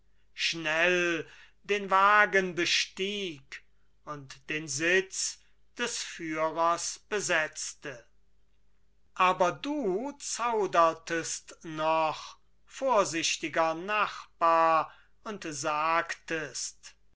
schnell den wagen bestieg und den sitz des führers besetzte aber du zaudertest noch vorsichtiger nachbar und sagtest